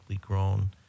grown